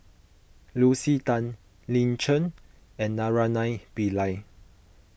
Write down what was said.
Lucy Tan Lin Chen and Naraina Pillai